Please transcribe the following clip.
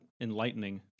enlightening